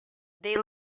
they